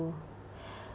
~o